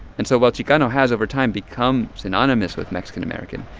and so while chicano has over time become synonymous with mexican american,